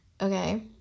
Okay